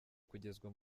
kugezwa